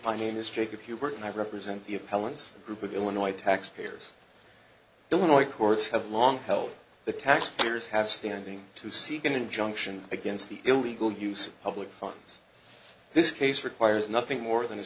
my name is jacob hubert and i represent the appellant's group of illinois taxpayers illinois courts have long held the taxpayers have standing to seek an injunction against the illegal use of public funds this case requires nothing more than a